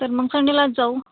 तर मग संडेलाच जाऊ